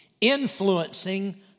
influencing